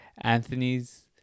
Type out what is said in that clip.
Anthony's